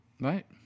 right